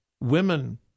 Women